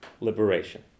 liberation